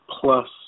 plus